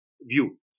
view